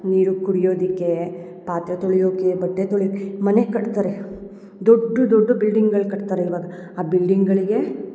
ನೀರು ಕುಡಿಯೋದಿಕ್ಕೆ ಪಾತ್ರೆ ತೊಳೆಯೋಕೆ ಬಟ್ಟೆ ತೊಳಿ ಮನೆ ಕಟ್ತಾರೆ ದೊಡ್ಡು ದೊಡ್ಡು ಬಿಲ್ಡಿಂಗ್ಗಳ ಕಟ್ತಾರೆ ಇವಾಗ ಆ ಬಿಲ್ಡಿಂಗ್ಗಳಿಗೆ